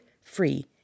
free